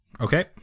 Okay